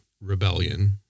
rebellion